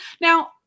Now